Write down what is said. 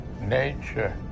nature